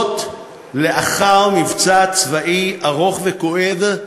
לאחר מבצע צבאי ארוך וכואב,